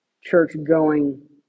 church-going